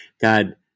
God